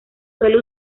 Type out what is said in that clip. suele